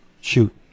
Shoot